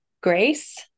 grace